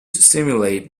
stimulate